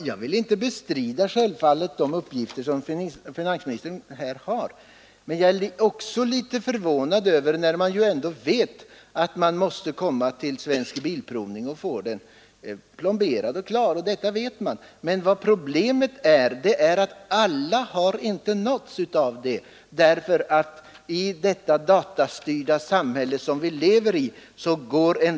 Herr talman! Jag vill självfallet inte bestrida de uppgifter som finansministern har lämnat. Det är dock så att bilägarna måste komma till Svensk bilprovning för att få kilometerräknaren plomberad och klar. Men en del av problemet är att alla inte har nåtts av informationen härom, eftersom en del uppgifter gått förbi oss i det datastyrda samhälle som vi lever i.